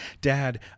Dad